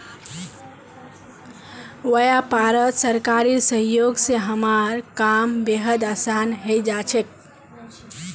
व्यापारत सरकारी सहयोग स हमारा काम बेहद आसान हइ जा छेक